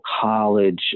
college